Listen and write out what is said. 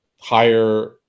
higher